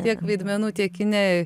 tiek vaidmenų tiek kine